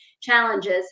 challenges